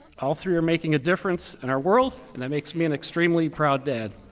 all three are making a difference in our world, and that makes me an extremely proud dad.